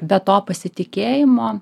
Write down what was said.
be to pasitikėjimo